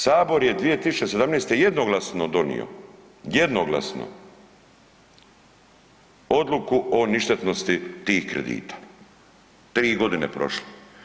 Sabor je 2017. jednoglasno donio, jednoglasno odluku o ništetnosti tih kredita, 3.g. prošlo.